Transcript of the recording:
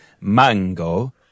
mango